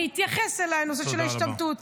אני אתייחס לנושא של ההשתמטות.